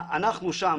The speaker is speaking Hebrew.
אנחנו שם,